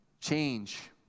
Change